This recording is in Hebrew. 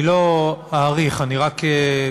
אני לא אאריך, אני רק אבקש: